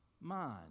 mind